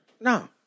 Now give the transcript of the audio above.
No